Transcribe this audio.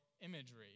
imagery